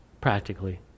practically